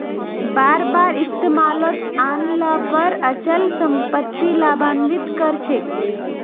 बार बार इस्तमालत आन ल पर अचल सम्पत्ति लाभान्वित त कर छेक